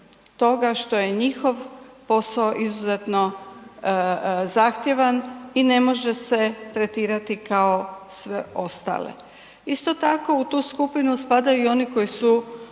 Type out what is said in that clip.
što je njihov posao izuzetno zahtjevan i ne može se tretirati kao sve ostale. Isto tako u tu skupinu spadaju i oni koji su